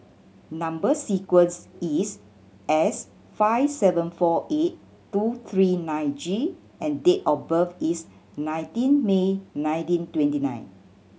number sequence is S five seven four eight two three nine G and date of birth is nineteen May nineteen twenty nine